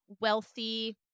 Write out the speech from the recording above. wealthy